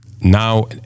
now